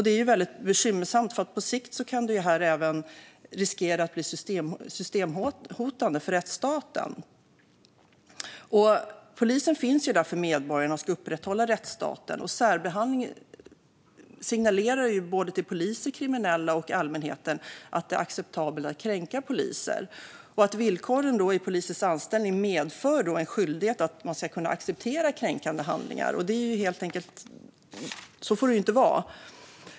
Detta är väldigt bekymmersamt, för på sikt kan det även riskera att bli systemhotande för rättsstaten. Polisen finns för medborgarna och ska upprätthålla rättsstaten. Särbehandling signalerar till poliser, kriminella och allmänheten att det är acceptabelt att kränka poliser och att villkoren för polisers anställning medför en skyldighet att acceptera kränkande handlingar. Så får det inte vara.